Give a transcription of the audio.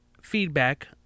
feedback